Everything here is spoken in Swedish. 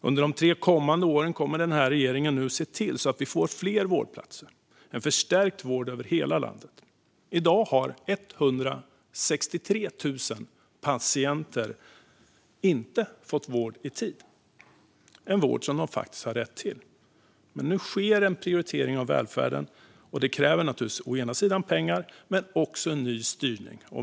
Under de tre kommande åren kommer den här regeringen nu att se till att vi får fler vårdplatser och en förstärkt vård över hela landet. I dag har 163 000 patienter inte fått vård i tid - en vård som de faktiskt har rätt till. Men nu sker en prioritering av välfärden, och det kräver naturligtvis å ena sidan pengar och å andra sidan en ny styrning.